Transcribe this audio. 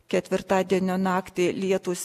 ketvirtadienio naktį lietūs